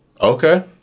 Okay